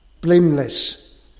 Blameless